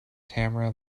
tamara